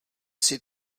jsi